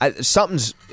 something's –